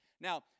Now